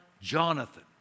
Jonathan